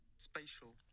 Spatial